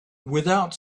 without